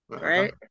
right